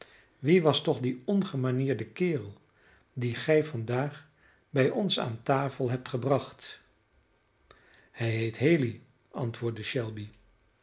wie was toch die ongemanierde kerel dien gij vandaag bij ons aan tafel hebt gebracht hij heet haley antwoordde shelby